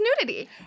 nudity